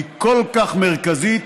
היא כל כך מרכזית,